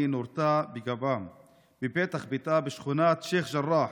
נורתה בגבה בפתח ביתה בשכונת שייח' ג'ראח,